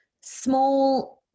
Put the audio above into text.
small